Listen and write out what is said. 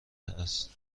است